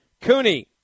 Cooney